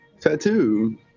Tattoo